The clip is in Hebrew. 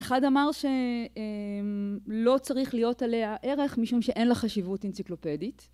אחד אמר שלא צריך להיות עליה ערך, משום שאין לה חשיבות אנציקלופדית.